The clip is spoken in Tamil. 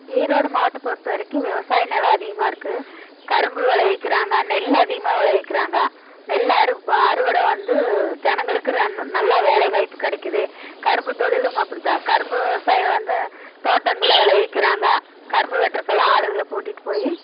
ஈரோடு மாவட்டத்தை பொருத்தவரைக்கும் விவசாய நிலம் அதிகமாக இருக்கு கரும்பு விளைவிக்கிறாங்க நெல் அதிகமாக விளைவிக்கிறாங்க நெல் அறுவடை வந்து ஜனங்களுக்கு நல்ல வேலைவாய்ப்பு கிடைக்குது கரும்பு தொழிலும் அப்படி தான் கரும்பு விவசாயிகள் வந்து தோட்டங்களில் விளைவிக்கிறாங்க கரும்பு வெட்டுறதுக்கெல்லாம் ஆளுகளை கூட்டிகிட்டு போய்